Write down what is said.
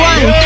One